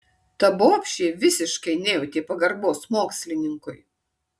ta bobšė visiškai nejautė pagarbos mokslininkui